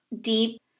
deep